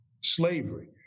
slavery